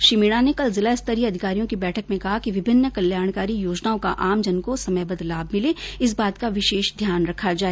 श्री मीणा ने कल जिला स्तरीय अधिकारियों की बैठक में कहा कि विभिन्न कल्याणकारी योजनाओं का आमजन को समयबद्ध लाभ मिले इस बात का विशेष ध्यान रखा जाए